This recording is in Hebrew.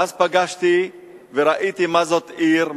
ואז פגשתי וראיתי מה זאת עיר,